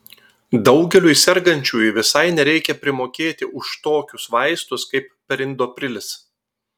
daugeliui sergančiųjų visai nereikia primokėti už tokius vaistus kaip perindoprilis